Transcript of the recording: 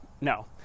No